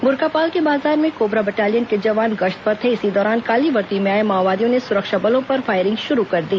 ब्रकापाल के बाजार में कोबरा बटालियन के जवान गश्त पर थे इसी दौरान काली वर्दी में आए माओवादियों ने सुरक्षा बलों पर फायरिंग शुरू कर दी